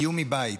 איום מבית.